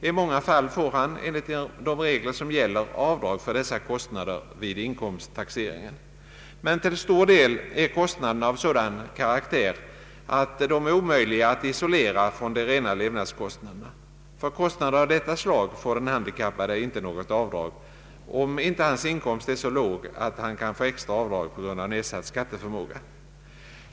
I många fall får han — enligt de regler som gäller — avdrag för dessa kostnader vid inkomsttaxeringen. Men till stor del är kostnaderna av sådan karaktär att de är omöjliga att isolera från de rena levnadskostnaderna. För kostnader av detta slag får den handikappade inte något avdrag om inte hans inkomst är så låg att han kan få extra avdrag på grund av nedsatt skatteförmåga.